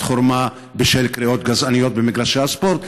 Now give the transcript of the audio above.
חורמה בשל קריאות גזעניות במגרשי הספורט,